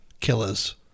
killers